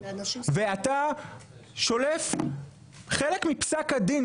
ואתה שולף חלק מפסק הדין,